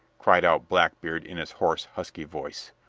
cried out blackbeard in his hoarse, husky voice.